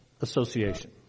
Association